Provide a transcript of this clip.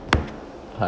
uh